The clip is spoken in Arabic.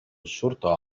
الشرطة